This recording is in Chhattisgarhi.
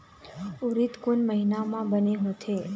उरीद कोन महीना म बने होथे?